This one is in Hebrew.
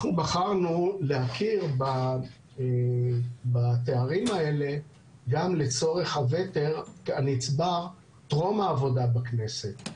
אנחנו בחרנו להכיר בתארים האלה גם לצורך הוותק הנצבר טרום העבודה בכנסת,